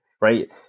right